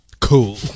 cool